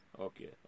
okay